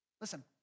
listen